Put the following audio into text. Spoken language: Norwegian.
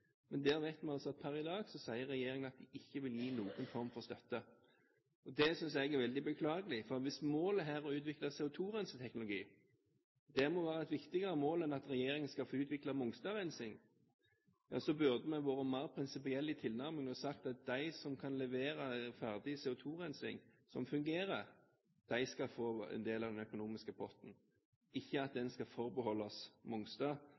men der vet vi altså at per i dag sier regjeringen at de ikke vil gi noen form for støtte. Det synes jeg er veldig beklagelig, for hvis målet er å utvikle CO2-renseteknologi, må det være et viktigere mål enn at regjeringen skal få utvikle Mongstad-rensing. Vi burde være mer prinsipielle i tilnærmingen og si at de som kan levere ferdig CO2-rensing som fungerer, skal få en del av den økonomiske potten, ikke at